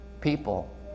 people